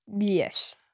Yes